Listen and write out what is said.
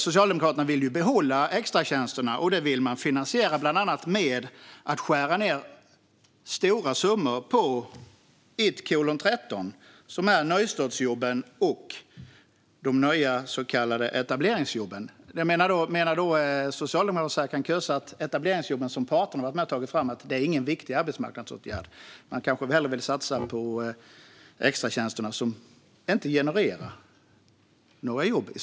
Socialdemokraterna vill ju behålla extratjänsterna, och man vill finansiera dem bland annat genom att skära ned stora summor på anslag 1:13, som omfattar nystartsjobben och de nya så kallade etableringsjobben. Menar alltså Socialdemokraterna och Serkan Köse att de etableringsjobb som parterna har varit med och tagit fram inte är en viktig arbetsmarknadsåtgärd? Han kanske hellre vill satsa på extratjänsterna, som i slutändan inte genererar några jobb.